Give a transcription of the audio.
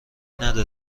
نده